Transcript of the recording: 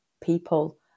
people